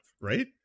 right